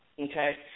Okay